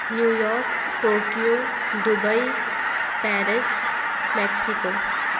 New York Tokyo Dubai Paris Mexico